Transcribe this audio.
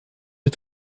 des